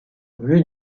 rue